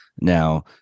Now